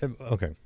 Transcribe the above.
okay